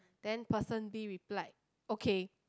then person B replied okay